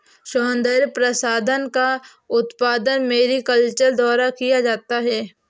सौन्दर्य प्रसाधन का उत्पादन मैरीकल्चर द्वारा किया जाता है